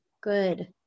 Good